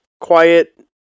quiet